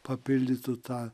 papildytų tą